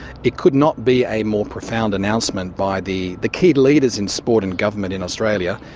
it could not be a more profound announcement by the the key leaders in sport and government in australia,